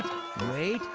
wait,